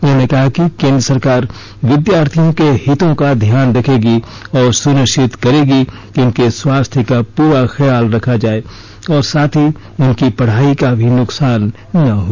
उन्होंने कहा कि केंद्र सरकार विद्यार्थियों के हितों का ध्यान रखेगी और सुनिश्चित करेगी कि उनके स्वास्थ्य का पूरा ख्याल रखा जाए और साथ ही उनकी पढाई का भी नुकसान न हो